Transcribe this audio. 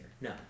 No